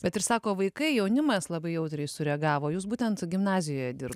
bet ir sako vaikai jaunimas labai jautriai sureagavo jūs būtent gimnazijoje dir